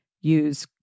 Use